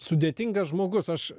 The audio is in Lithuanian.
sudėtingas žmogus aš